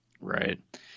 Right